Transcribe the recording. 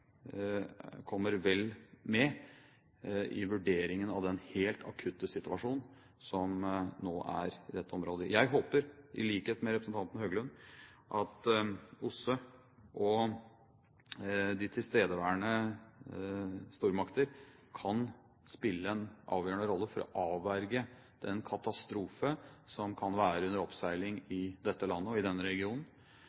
kommer vel med i vurderingen av den helt akutte situasjonen som nå er i dette området. I likhet med representanten Høglund håper jeg at OSSE og de tilstedeværende stormakter kan spille en avgjørende rolle for å avverge den katastrofe som kan være under oppseiling i